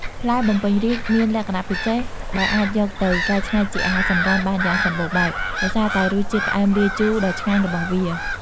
ផ្លែបំពេញរាជ្យមានលក្ខណៈពិសេសដែលអាចយកទៅកែច្នៃជាអាហារសម្រន់ បានយ៉ាងសម្បូរបែប ដោយសារតែរសជាតិផ្អែមលាយជូរដ៏ឆ្ងាញ់របស់វា។